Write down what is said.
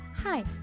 Hi